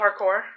parkour